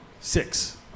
six